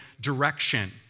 direction